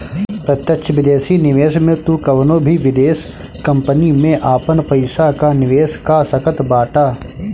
प्रत्यक्ष विदेशी निवेश में तू कवनो भी विदेश कंपनी में आपन पईसा कअ निवेश कअ सकत बाटअ